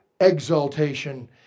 exaltation